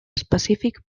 específic